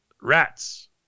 rats